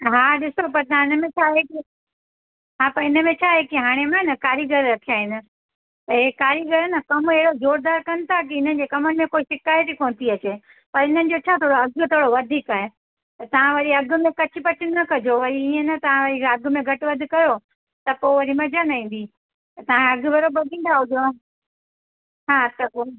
हा ॾिसो बसि इनमें छा आहे की हा त इनमें छा आहे की हाणे न कारीगर रखिया आहिनि त हे कारीगर न कमु एॾो ज़ोरदार कनि था की इन्हनि जे कम में को शिकायत ई कोन थी अचे पर इन्हनि जो छा अघु न थोरो वधीक आहे त तव्हां वरी अघु में कचु पचु न कजो वरी ईअं न तव्हां अघु घटि वधि कयो त पोइ वरी मज़ो न ईंदी तव्हां अघु बराबरि ॾींदव हा त पोइ